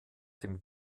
dem